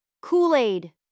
Kool-Aid